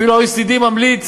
אפילו ה-OECD ממליץ